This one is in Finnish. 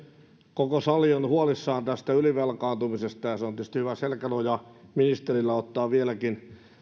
koko sali on huolissaan tästä ylivelkaantumisesta ja se on tietysti hyvä selkänoja ministerille ottaa vieläkin